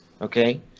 Okay